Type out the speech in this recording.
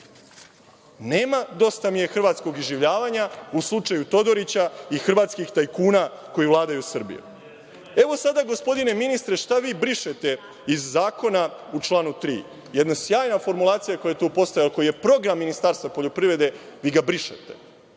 Nema dosta mi je hrvatskog iživljavanja u slučaju Todorića i hrvatskih tajkuna koji vladaju Srbijom. Sada, gospodine ministre, šta vi brišete iz zakona u članu 3? Jednu sjajnu formulaciju koja je tu postojala, koja je program Ministarstva poljoprivrede, vi brišete.